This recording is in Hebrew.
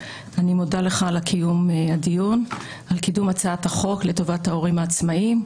אני מודה לך על קיום הדיון ועל קידום הצעת החוק לטובת ההורים העצמאיים.